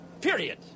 Period